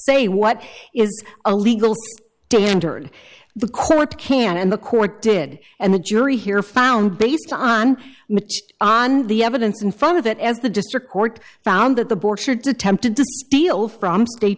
say what is a legal standard the court can and the court did and the jury here found based on the evidence in front of it as the district court found that the board should to tempted to steal from state